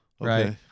right